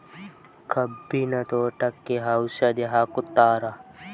ಕಬ್ಬಿನ ತೋಟಕ್ಕೆ ಔಷಧಿ ಹಾಕುತ್ತಾರಾ?